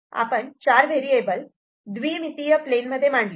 आपण चार व्हेरिएबल द्विमितीय प्लेनमध्ये मांडली